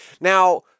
Now